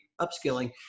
upskilling